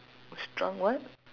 shrunk what